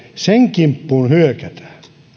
kimppuun hyökätään